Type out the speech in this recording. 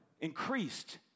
Increased